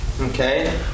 Okay